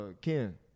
Ken